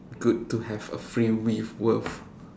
good to have a free with worth